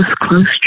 close